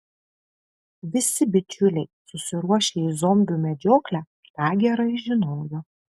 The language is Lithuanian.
visi bičiuliai susiruošę į zombių medžioklę tą gerai žinojo